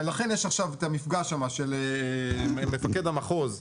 ולכן יש עכשיו את המפגש שם של מפקד המחוז,